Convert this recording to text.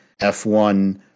F1